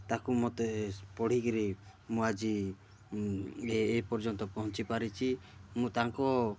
ତାକୁ ମୋତେ ପଢ଼ିକରି ମୁଁ ଆଜି ଏ ପର୍ଯ୍ୟନ୍ତ ପହଞ୍ଚିପାରିଛି ମୁଁ ତାଙ୍କ